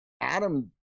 Adam